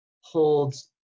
holds